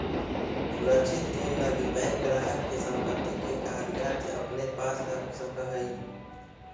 सुरक्षित ऋण लगी बैंक ग्राहक के संपत्ति के कागजात अपने पास रख सकऽ हइ